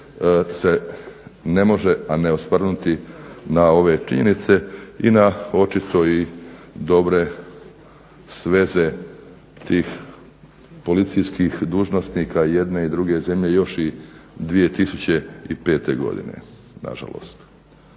se ne može a ne osvrnuti na ove činjenice i na očito i dobre veze tih policijskih dužnosnika jedne i druge zemlje još 2005. godine nažalost.